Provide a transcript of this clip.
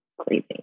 crazy